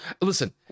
Listen